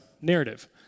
narrative